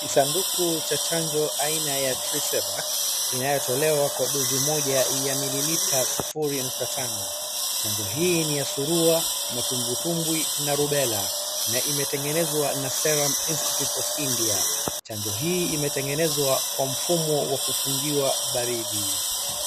Ni sanduku cha chanjo aina ya tresivac inayotolewa kwa dosi moja ya mililita sufuri nukta tano. Chanjo hii ni ya surua, matumbwitumbwi na rubela, na imetengenezwa na serum institute of India . Chanjo hii imetengenezwa kwa mfumo wa kufungiwa baridi.